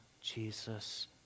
Jesus